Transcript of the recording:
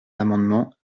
l’amendement